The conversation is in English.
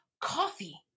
coffee